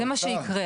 לא התנגד.